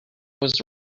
was